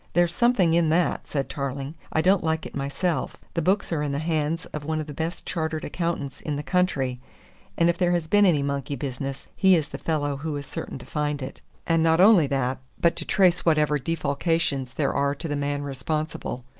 there's something in that, said tarling. i don't like it myself. the books are in the hands of one of the best chartered accountants in the country, and if there has been any monkey business, he is the fellow who is certain to find it and not only that, but to trace whatever defalcations there are to the man responsible.